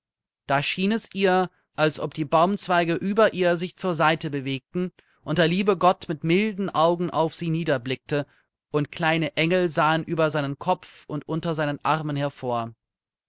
da schien es ihr als ob die baumzweige über ihr sich zur seite bewegten und der liebe gott mit milden augen auf sie niederblickte und kleine engel sahen über seinen kopf und unter seinen armen hervor